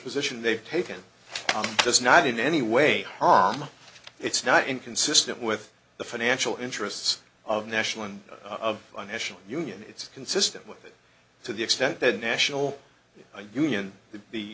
position they've taken that's not in any way harm it's not inconsistent with the financial interests of national and of the national union it's consistent with that to the extent that national union the